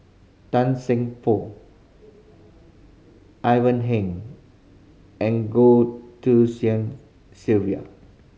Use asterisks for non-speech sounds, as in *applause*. Tan Seng Poh Ivan Heng and Goh *unintelligible* Sylvia